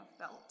felt